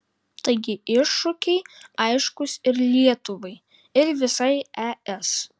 taigi iššūkiai aiškūs ir lietuvai ir visai es